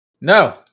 No